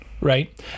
right